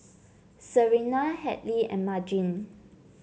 Serena Hadley and Margene